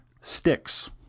sticks